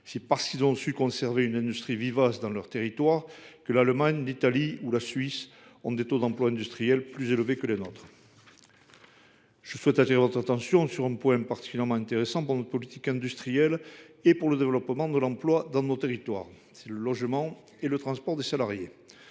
C’est parce qu’ils ont su conserver une industrie vivace dans leurs territoires que l’Allemagne, l’Italie ou la Suisse ont des taux d’emploi industriel plus élevés que le nôtre. J’appelle votre attention sur deux points particulièrement intéressants pour notre politique industrielle et pour le développement de l’emploi dans nos territoires : le logement et le transport des salariés.